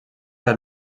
del